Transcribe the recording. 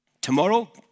Tomorrow